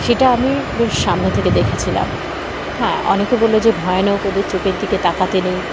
সেটা আমি বেশ সামনে থেকে দেখেছিলাম হ্যাঁ অনেকে বললো যে ভয়ানক ওদের চোখের দিকে তাকাতে নেই